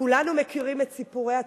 כולנו מכירים את סיפורי התורה.